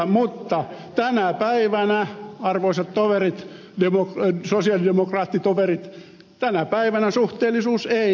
mutta tänä päivänä arvoisat toverit sosialidemokraattitoverit tänä päivänä suhteellisuus ei toteudu